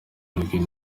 uruguay